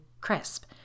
crisp